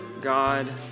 God